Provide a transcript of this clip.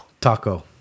Taco